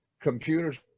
computers